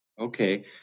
Okay